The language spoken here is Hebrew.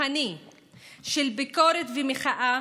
וכוחני של ביקורת ומחאה,